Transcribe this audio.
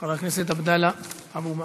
חבר הכנסת עבדאללה אבו מערוף.